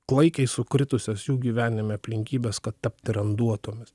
klaikiai sukritusias jų gyvenime aplinkybes kad tapti randuotomis